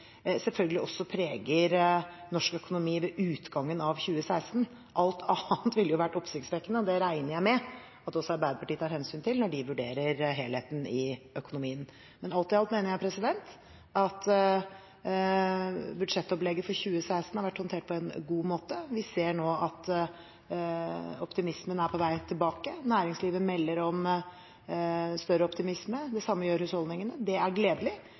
selvfølgelig også preger norsk økonomi ved utgangen av 2016. Alt annet ville vært oppsiktsvekkende, og det regner jeg med at også Arbeiderpartiet tar hensyn til når de vurderer helheten i økonomien. Men alt i alt mener jeg at budsjettopplegget for 2016 har vært håndtert på en god måte. Vi ser nå at optimismen er på vei tilbake. Næringslivet melder om større optimisme, det samme gjør husholdningene. Det er gledelig.